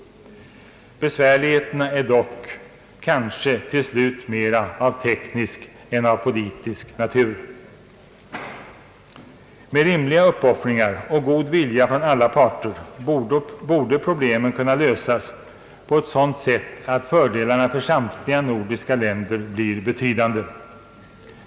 Besvärligheterna är dock — kanske — till slut mer av teknisk natur än av politisk. Med rimliga uppoffringar av och god vilja hos alla parter borde problemen kunna lösas på ett sådant sätt att fördelarna för samtliga nordiska länder blir betydande.